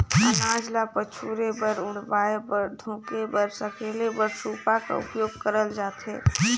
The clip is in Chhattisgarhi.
अनाज ल पछुरे बर, उड़वाए बर, धुके बर, सकेले बर सूपा का उपियोग करल जाथे